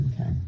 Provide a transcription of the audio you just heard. Okay